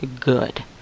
good